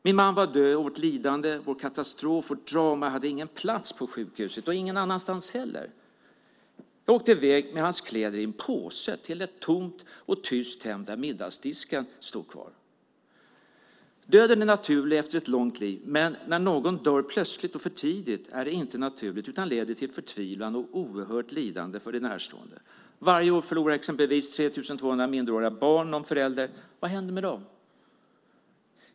Min man var död, och vårt lidande, vår katastrof, vårt trauma hade ingen plats på sjukhuset. Ingen annanstans heller. Jag åkte i väg med hans kläder i en påse till ett tomt och tyst hem där middagsdisken stod kvar. Döden är naturlig efter ett långt liv, men när någon dör plötsligt och för tidigt är det inte naturligt utan leder till förtvivlan och ett oerhört lidande för de närstående. Varje år förlorar exempelvis 3 200 minderåriga barn någon förälder. Vad händer med dem?